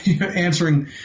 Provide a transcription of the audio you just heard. answering